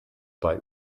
bei